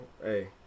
Hey